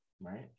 right